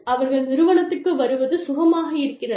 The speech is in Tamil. அவர்கள் நிறுவனத்துக்கு வருவது சுகமாக இருக்கிறது